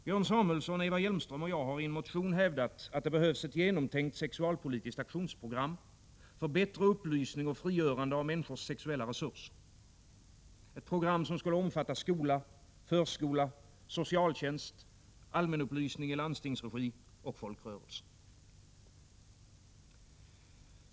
Björn Samuelson, Eva Hjelmström och jag har i en motion hävdat att det behövs ett genomtänkt sexualpolitiskt aktionsprogram för bättre upplysning och frigörande av människors sexuella resurser — ett program som skulle omfatta skola, förskola, socialtjänst, allmänupplysning i landstingsregi och folkrörelser.